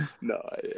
no